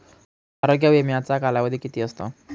आरोग्य विम्याचा कालावधी किती असतो?